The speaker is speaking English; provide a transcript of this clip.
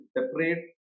separate